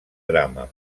drama